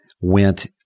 went